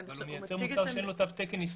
אבל הוא מייצר מוצר שאין לו תו תקן ישראלי.